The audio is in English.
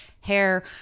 hair